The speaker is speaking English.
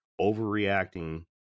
overreacting